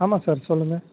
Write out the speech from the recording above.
ஆமாம் சார் சொல்லுங்கள்